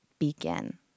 begin